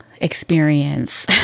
experience